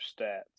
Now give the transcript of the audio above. stats